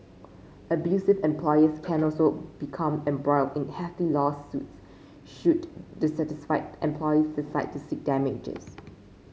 abusive employers can also become embroiled in hefty lawsuits should dissatisfied employees decide to seek damages